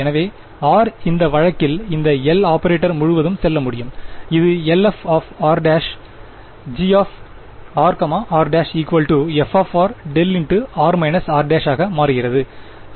எனவே r இந்த வழக்கில் இந்த L ஆபரேட்டர் முழுவதும் செல்ல முடியும் இது Lf r ′ g r r ′ f δ r r′ ஆக மாறுகிறது